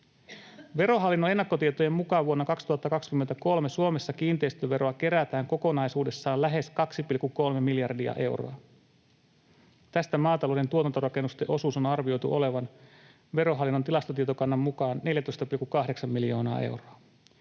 Verohallinnon ennakkotietojen mukaan vuonna 2023 Suomessa kiinteistöveroa kerätään kokonaisuudessaan lähes 2,3 miljardia euroa. Tästä maatalouden tuotantorakennusten osuuden on arvioitu olevan Verohallinnon tilastotietokannan mukaan 14,8 miljoonaa euroa.